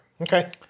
Okay